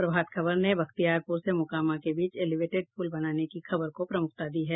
प्रभात खबर ने बख्तियारपुर से मोकामा के बीच एलिवेटेड पुल बनाने की खबर को प्रमुखता दी है